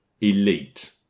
Elite